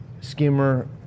skimmer